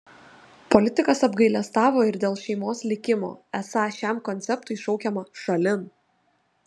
politikas apgailestavo ir dėl šeimos likimo esą šiam konceptui šaukiama šalin